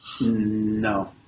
No